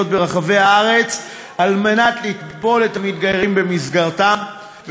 ברחבי הארץ כדי לטבול את המתגיירים במסגרתן,